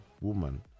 woman